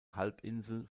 halbinsel